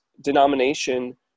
denomination